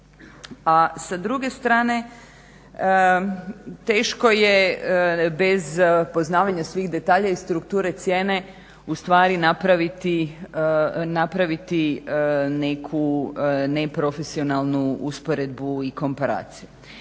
A sa druge strane teško je bez poznavanja svih detalja i strukture cijene ustvari napraviti neku neprofesionalnu usporedbu i komparaciju.